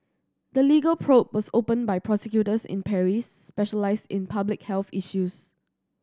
the legal probe was opened by prosecutors in Paris specialised in public health issues